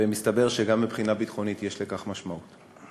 ומסתבר שגם מבחינה ביטחונית יש לכך משמעות.